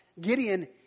Gideon